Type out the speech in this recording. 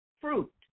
fruit